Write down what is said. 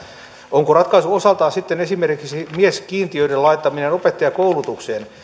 onko ratkaisu osaltaan sitten esimerkiksi mieskiintiöiden laittaminen opettajankoulutukseen